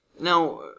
Now